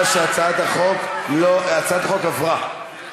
ההצעה להעביר את הצעת חוק לתיקון פקודת